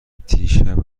دیشب